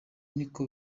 niko